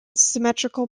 symmetrical